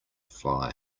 fly